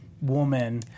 woman